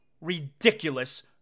Ridiculous